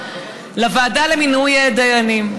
על הוועדה למינוי דיינים.